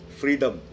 freedom